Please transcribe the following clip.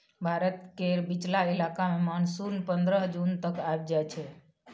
भारत केर बीचला इलाका मे मानसून पनरह जून तक आइब जाइ छै